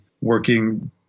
working